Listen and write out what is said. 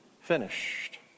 finished